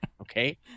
Okay